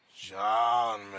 John